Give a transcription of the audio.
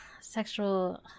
sexual